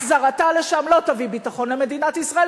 החזרתה לשם לא תביא ביטחון למדינת ישראל,